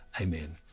Amen